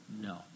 No